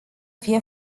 fie